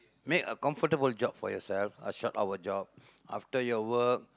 make a comfortable job for yourself a short hour job after your work